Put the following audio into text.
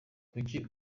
kuki